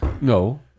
No